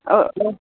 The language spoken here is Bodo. औ औ